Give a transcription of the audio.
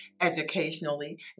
educationally